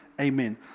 Amen